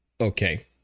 Okay